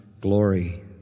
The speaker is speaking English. glory